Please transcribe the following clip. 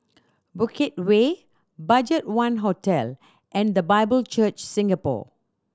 Bukit Way BudgetOne Hotel and The Bible Church Singapore